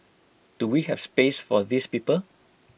do we have space for these people